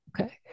Okay